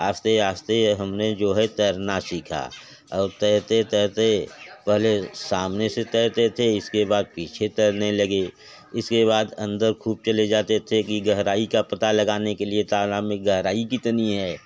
आहिस्ता आहिस्ता हम ने जो है तैरना सीखा और तैरते तैरते पहले सामने से तैरते थे इसके बाद पीछे तैरने लगे इसके बाद अंदर ख़ूब चले जाते थे कि गहराई का पता लगाने के लिए तालाब में गहराई कितनी है